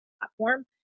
platform